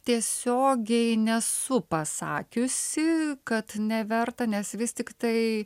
tiesiogiai nesu pasakiusi kad neverta nes vis tiktai